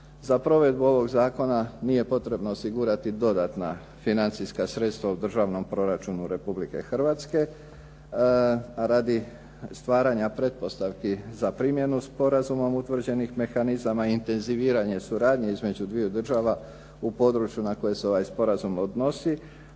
Za provedbu ovog zakona nije potrebno osigurati dodatna financijska sredstva u državnom proračunu Republike Hrvatske radi stvaranja pretpostavki za primjenu sporazumom utvrđenih mehanizama i intenziviranje suradnje između dviju država u području na koje se ovaj sporazum odnosi.